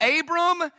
Abram